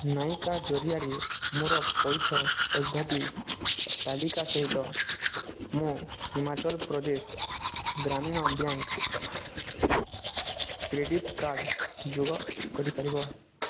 ନାଇକା ଜରିଆରେ ମୋର ପଇଠ ପଦ୍ଧତି ତାଲିକା ସହିତ ମୋ Himachal Pradesh Gramin bank credit card ଯୋଗ କରିପାରିବ